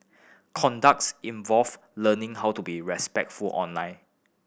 conducts involve learning how to be respectful online